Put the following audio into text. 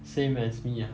same as me ah